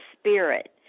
spirit